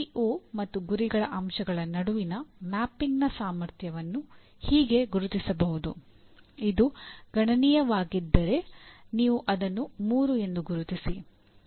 PEO ಮತ್ತು ಗುರಿಗಳ ಅಂಶಗಳ ನಡುವಿನ ಮ್ಯಾಪಿಂಗ್ನ ಸಾಮರ್ಥ್ಯವನ್ನು ಹೀಗೆ ಗುರುತಿಸಬಹುದು ಇದು ಗಣನೀಯವಾಗಿದ್ದರೆ ನೀವು ಅದನ್ನು 3 ಎಂದು ಗುರುತಿಸಿ